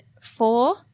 four